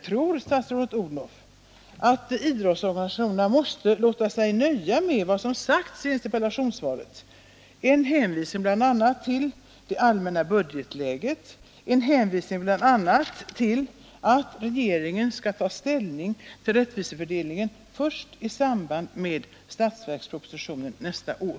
Tror statsrådet Odhnoff att idrottsorganisationerna låter sig nöja med vad som sagts i interpellationssvaret, dvs. en hänvisning bl.a. till det allmänna budgetläget, en hänvisning också till att regeringen skall ta ställning till rättvisefördelningen först i samband med statsverkspropositionen nästa år?